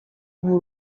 ubura